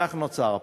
כך נוצר הפער,